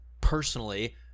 personally